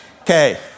Okay